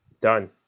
done